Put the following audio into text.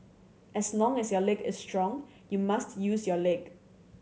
as long as your leg is strong you must use your leg